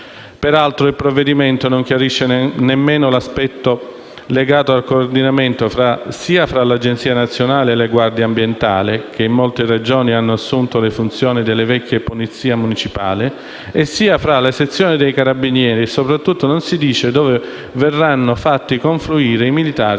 Peraltro, il provvedimento non chiarisce nemmeno l'aspetto legato al coordinamento tra l'Agenzia nazionale e le guardie ambientali, che in molte Regioni hanno assunto le funzioni della vecchia polizia municipale, e la sezione dei carabinieri. Soprattutto non si dice dove verranno fatti confluire i militari